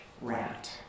rat